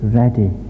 ready